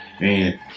man